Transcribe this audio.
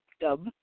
dub